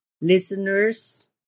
listeners